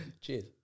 Cheers